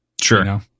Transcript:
Sure